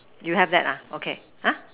you have that ah okay !huh!